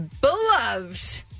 beloved